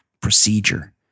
procedure